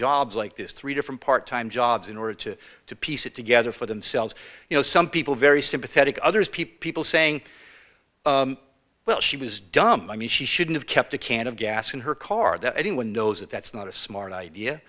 jobs like this three different part time jobs in order to to piece it together for themselves you know some people very sympathetic others peep people saying well she was dumped i mean she should've kept a can of gas in her car that anyone knows that that's not a smart idea